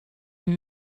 and